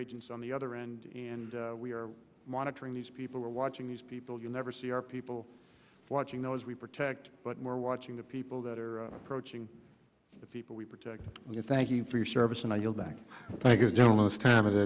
agents on the other end and we are monitoring these people we're watching these people you never see our people watching those we protect but we're watching the people that are approaching the people we protect you thank you for your service and i yield back thank you gentlemen this time of the